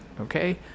okay